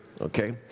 okay